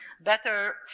better